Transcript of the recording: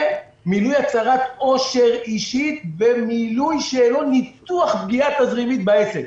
ומילוי הצהרת עושר אישית ומילוי שאלון ניתוח פגיעה תזרימית בעסק.